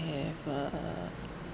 have a